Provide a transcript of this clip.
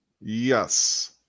Yes